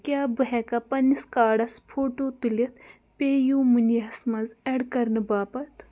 کیٛاہ بہٕٕ ہٮ۪کھا پنٕنِس کارڑس فوٹوٗ تُلِتھ پے یوٗ مٔنی یَس منٛز ایٚڈ کَرنہٕ باپتھ